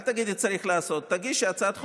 אל תגידי "צריך לעשות", תגישי הצעת חוק.